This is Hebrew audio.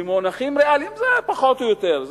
במונחים דולריים זה היה פחות או יותר,